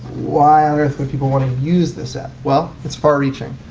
why on earth would people want to use this app? well, it's far reaching.